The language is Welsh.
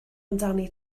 amdani